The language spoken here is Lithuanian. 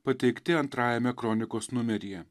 pateikti antrajame kronikos numeryje